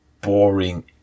boring